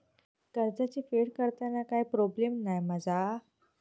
कर्जाची फेड करताना काय प्रोब्लेम नाय मा जा?